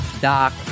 Doc